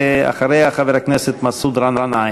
אחריה, חבר הכנסת מסעוד גנאים.